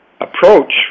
approach